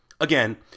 Again